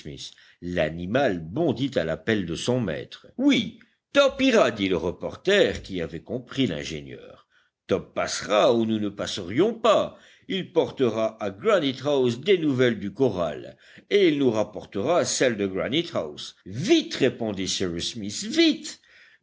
l'animal bondit à l'appel de son maître oui top ira dit le reporter qui avait compris l'ingénieur top passera où nous ne passerions pas il portera à granite house des nouvelles du corral et il nous rapportera celles de granitehouse vite répondit cyrus smith vite